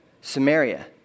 Samaria